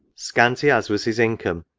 scanty as was his in come,